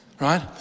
right